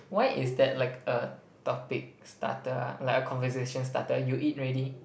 why it's that like a topic starter ah like a conversation starter you eat already